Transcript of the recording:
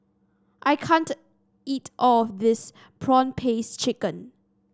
I can't eat all of this prawn paste chicken